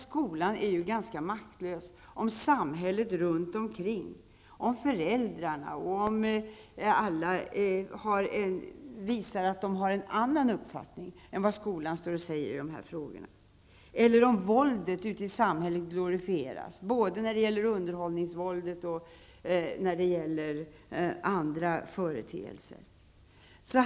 Skolan är ganska maktlös om samhället runtomkring, om föräldrarna och om alla andra visar att de har en annan uppfattning än vad skolan står för i dessa frågor. Detsamma gäller när våldet ute i samhället glorifieras, både underhållningsvåld och andra företeelser.